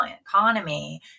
economy